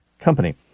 company